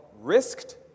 risked